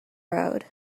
road